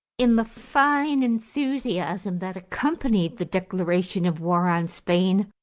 in the fine enthusiasm that accompanied the declaration of war on spain,